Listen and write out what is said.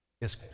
yes